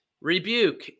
rebuke